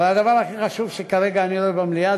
אבל הדבר הכי חשוב שכרגע אני רואה במליאה